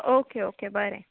okay okay बरें